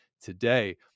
today